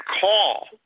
call